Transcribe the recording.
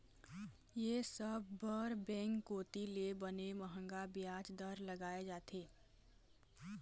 ये सब बर बेंक कोती ले बने मंहगा बियाज दर लगाय जाथे